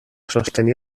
sostenir